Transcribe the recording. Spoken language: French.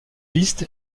liste